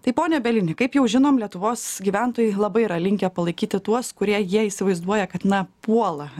tai pone bielini kaip jau žinom lietuvos gyventojai labai yra linkę palaikyti tuos kurie jie įsivaizduoja kad na puola